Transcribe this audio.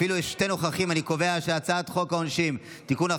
אני קובע שהצעת חוק העונשין (תיקון,